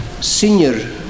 senior